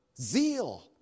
Zeal